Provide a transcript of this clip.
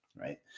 right